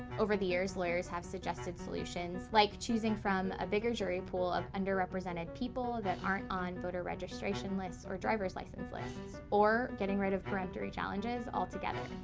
over the years lawyers have suggested solutions like choosing from a bigger jury pool of underrepresented people that aren't on voter registration lists or driver license lists. or getting rid of peremptory challenges altogether.